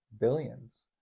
Billions